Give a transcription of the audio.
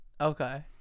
Okay